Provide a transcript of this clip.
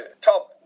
top